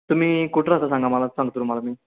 तुम्ही कुठं राहता सांगा मला सांगतो तुम्हाला मी